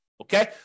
Okay